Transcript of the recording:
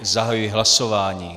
Zahajuji hlasování.